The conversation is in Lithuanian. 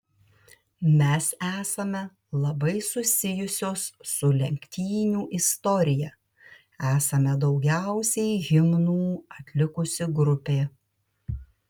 mes esame labai susijusios su lenktynių istorija esame daugiausiai himnų atlikusi grupė